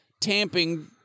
tamping